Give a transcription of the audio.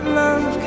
love